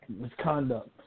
misconduct